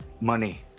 Money